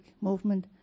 movement